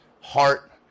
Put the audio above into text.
heart